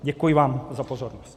Děkuji vám za pozornost.